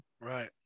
right